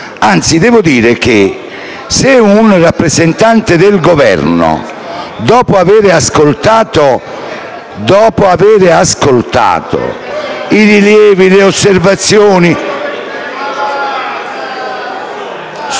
anzi, devo dire che, se un rappresentante del Governo, dopo aver ascoltato i rilievi e le osservazioni